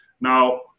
Now